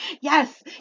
Yes